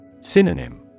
Synonym